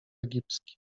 egipski